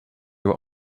were